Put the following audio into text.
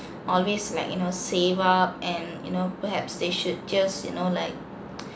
always like you know save up and you know perhaps they should just you know like